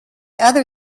other